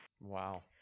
Wow